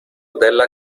della